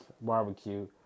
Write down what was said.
Barbecue